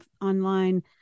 online